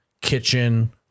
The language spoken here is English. kitchen